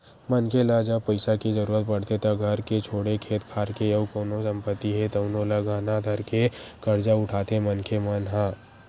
मनखे ल जब पइसा के जरुरत पड़थे त घर के छोड़े खेत खार के अउ कोनो संपत्ति हे तउनो ल गहना धरके करजा उठाथे मनखे मन ह